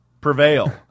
prevail